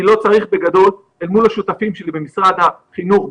אל מול השותפים שלי במשרד החינוך,